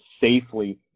safely